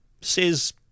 says